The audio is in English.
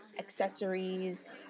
accessories